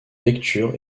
lecture